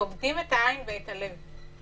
צובטים אתה עין ואת הלב.